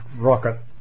rocket